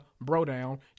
bro-down